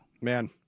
Man